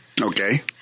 Okay